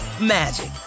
magic